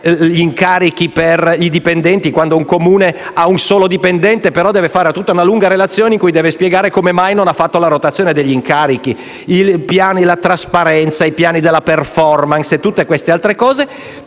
gli incarichi per i dipendenti e, quando un Comune ha un solo dipendente, deve fare una lunga relazione in cui deve spiegare come mai non ha fatto la rotazione degli incarichi), i piani della trasparenza, i piani delle *performance* e altre cose.